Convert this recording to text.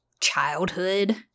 childhood